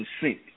sink